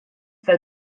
fel